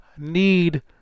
need